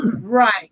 Right